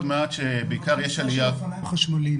הכניסה של אופניים חשמליים.